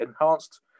enhanced